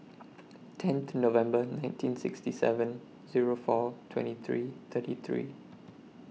tenth November nineteen sixty seven Zero four twenty three thirty three